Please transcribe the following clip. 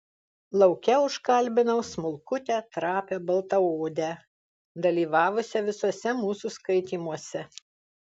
lauke užkalbinau smulkutę trapią baltaodę dalyvavusią visuose mūsų skaitymuose